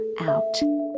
out